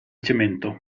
cemento